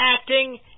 acting